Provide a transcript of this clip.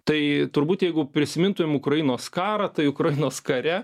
tai turbūt jeigu prisimintumėm ukrainos karą tai ukrainos kare